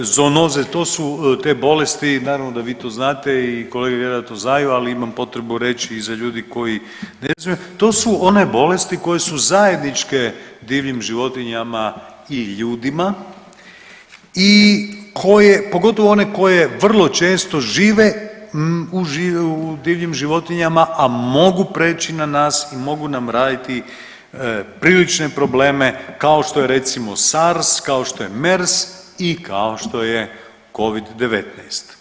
Zoonoze to su te bolesti, naravno da vi to znate i kolege vjerojatno znaju ali imam potrebu reći i za ljude koji ne znaju to su one bolesti koje su zajedničke divljim životinjama i ljudima i koje, pogotovo one koje vrlo često žive u divljim životinjama a mogu prijeći na nas i mogu nam raditi prilične probleme kao što je recimo SARS, kao što je MERS i kao što je covid-19.